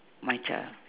my child